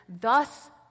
thus